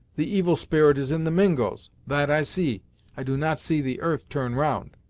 the evil spirit is in the mingos. that i see i do not see the earth turn round.